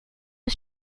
was